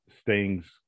Sting's